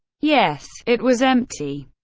yes, it was empty.